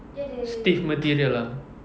stiff material ah